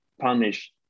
punish